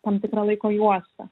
tam tikrą laiko juostą